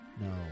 No